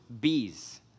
bees